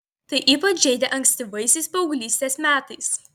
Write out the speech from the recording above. tai ypač žeidė ankstyvaisiais paauglystės metais